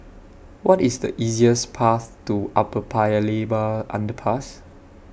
What IS The easiest Path to Upper Paya Lebar Underpass